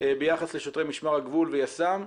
ביחס לשוטרי משמר הגבול ויס"מ.